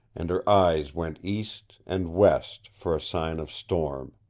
and her eyes went east and west for sign of storm.